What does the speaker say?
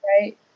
Right